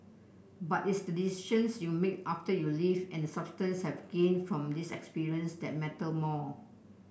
but its the decisions you make after you leave and substance have gained from this experience that matter more